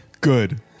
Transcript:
Good